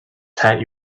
that